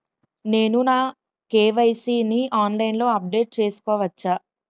నేను నా కే.వై.సీ ని ఆన్లైన్ లో అప్డేట్ చేసుకోవచ్చా?